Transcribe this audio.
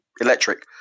electric